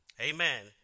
amen